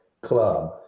club